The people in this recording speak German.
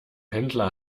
händler